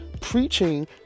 preaching